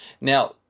now